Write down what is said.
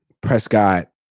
Prescott